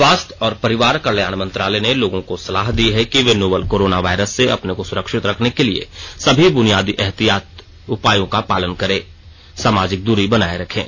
स्वास्थ्य और परिवार कल्याण मंत्रालय ने लोगों को सलाह दी है कि वे नोवल कोरोना वायरस से अपने को सुरक्षित रखने के लिए सभी बुनियादी एहतियाती उपायों का पालन करें और सामाजिक दूरी बनाए रखें